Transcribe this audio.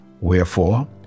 Wherefore